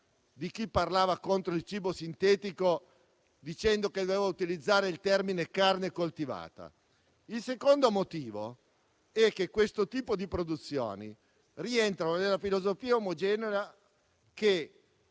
di chi parlava contro il cibo sintetico, dicendo che doveva utilizzare il termine "carne coltivata". Il secondo motivo è che questo tipo di produzioni rientra in una filosofia che